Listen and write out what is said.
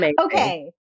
Okay